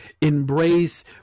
embrace